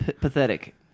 pathetic